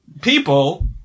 people